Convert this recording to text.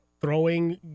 throwing